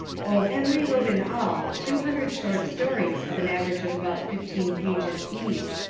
o. henry wrote in all two hundred short stories of an average of about fifteen pages each.